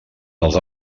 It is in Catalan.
els